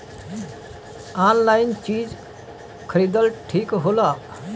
Online चीज खरीदल ठिक होला?